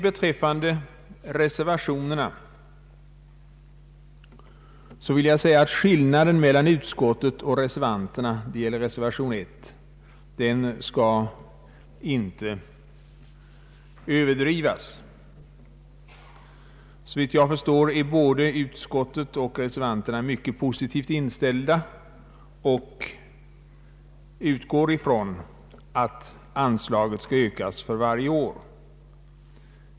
Beträffande reservation 1 vill jag säga alt skillnaden mellan utskottet och reservanterna inte skall överdrivas. Såvitt jag förstår är både utskottet och reservanterna mycket positivt inställda och utgår från att anslaget skall ökas för varje år.